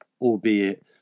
albeit